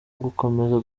ugukomeza